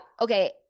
Okay